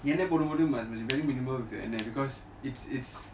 என்னை போடும் போது:ennai podum bothu very minimum because it's it's